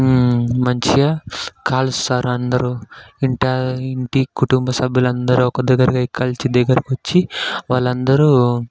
మంచిగా కాలుస్తారు అందరూ ఇంటా ఇంటి కుటుంబసభ్యులు అందరూ కలిసి ఒక దగ్గరగా కలిసి దగ్గరకి వచ్చి వాళ్ళందరూ